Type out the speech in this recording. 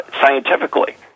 scientifically